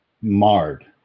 marred